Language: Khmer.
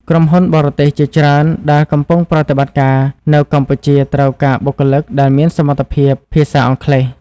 ក្រុមហ៊ុនបរទេសជាច្រើនដែលកំពុងប្រតិបត្តិការនៅកម្ពុជាត្រូវការបុគ្គលិកដែលមានសមត្ថភាពភាសាអង់គ្លេស។